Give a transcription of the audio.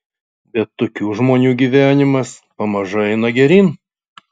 bet tokių žmonių gyvenimas pamažu eina geryn